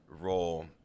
role